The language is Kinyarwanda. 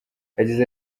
yagize